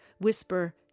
whisper